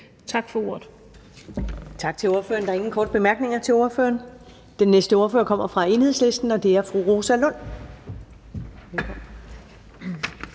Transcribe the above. Tak for ordet.